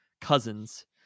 Cousins